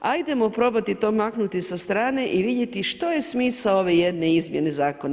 Ajdemo probati to maknuti sa strane i vidjeti što je smisao ove jedne izmjene zakona.